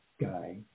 guy